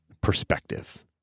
perspective